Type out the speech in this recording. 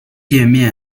介面